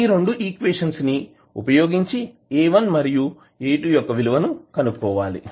ఈ రెండు ఈక్వేషన్స్ ని వుపయోగించి A1 మరియు A2 విలువను కనుక్కోవాలి